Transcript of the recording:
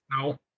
No